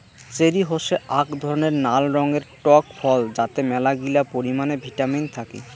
cherry হসে আক ধরণের নাল রঙের টক ফল যাতে মেলাগিলা পরিমানে ভিটামিন থাকি